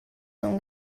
são